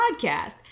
podcast